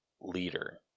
leader